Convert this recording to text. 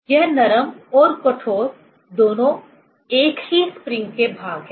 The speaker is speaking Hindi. यह नरम और कठोर दोनों एक ही स्प्रिंग के भाग हैं